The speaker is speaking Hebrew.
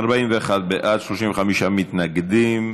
אין נמנעים.